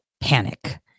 panic